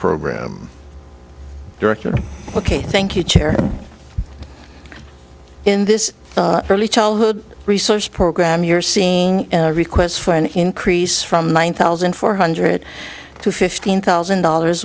program director ok thank you chad in this early childhood research program you're seeing a request for an increase from one thousand four hundred to fifteen thousand dollars